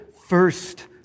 first